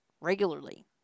regularly